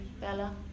Bella